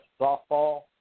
softball